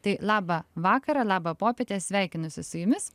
tai labą vakarą labą popiete sveikinuosi su jumis